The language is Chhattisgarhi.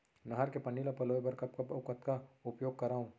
नहर के पानी ल पलोय बर कब कब अऊ कतका उपयोग करंव?